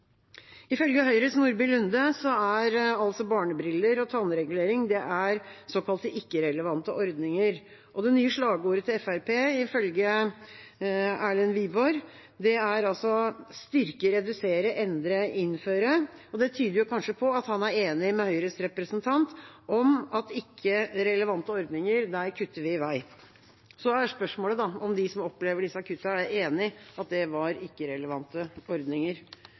Ifølge Høyres Nordby Lunde er altså barnebriller og tannregulering såkalte ikke-relevante ordninger, og det nye slagordet til Fremskrittspartiet, ifølge Erlend Wiborg, er: styrke, redusere, endre, innføre. Det tyder kanskje på at han er enig med Høyres representant i at i ikke-relevante ordninger kutter man i vei. Så er spørsmålet om de som opplever disse kuttene, er enig i at det var ikke-relevante ordninger.